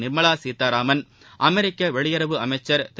நிர்மலா சீதாராமன் அமெரிக்க வெளியுறவு அமைச்சர் திரு